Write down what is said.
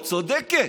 את צודקת,